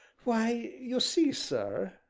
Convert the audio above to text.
why, you see, sir,